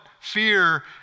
Fear